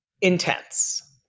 intense